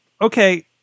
okay